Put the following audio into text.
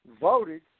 voted